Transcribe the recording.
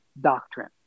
Doctrine